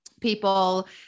people